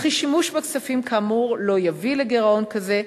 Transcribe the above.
וכי שימוש בכספים כאמור לא יביא לגירעון כזה,